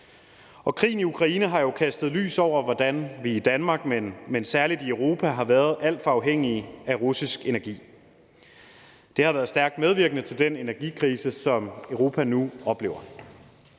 Krigen i Ukraine har jo kastet lys over, hvordan vi i Danmark, men særlig i Europa har været alt for afhængige af russisk energi. Det har været stærkt medvirkende til den energikrise, som Europa nu oplever.